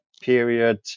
period